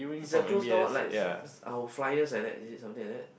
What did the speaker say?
it's a closed door like some our flyers like that is it something like that